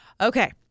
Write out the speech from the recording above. Okay